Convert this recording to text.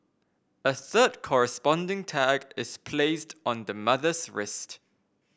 a third corresponding tag is placed on the mother's wrist